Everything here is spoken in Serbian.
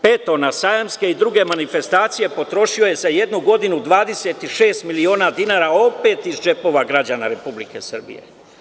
Peto, na sajamske i druge manifestacije potrošio je za jednu godinu 26 miliona dinara, opet iz džepova građana Republike Srbije.